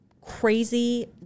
crazy